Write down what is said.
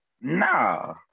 Nah